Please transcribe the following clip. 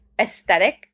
aesthetic